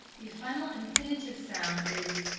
the final infinitive sound is